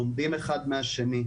לומדים אחד מהשני.